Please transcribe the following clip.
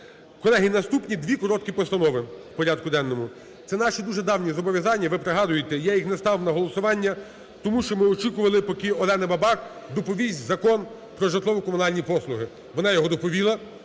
Колеги, дві наступні постанови у порядку денного. Це наші дуже давні зобов'язання. Ви пригадуєте, я їх не ставив на голосування, тому що ми очікували, поки Олена Бабак доповість Закон "Про житлово-комунальні послуги". Вона його доповіла,